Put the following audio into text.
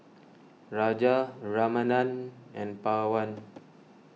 Raja Ramanand and Pawan